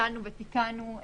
פיצלנו ותיקנו,